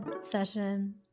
session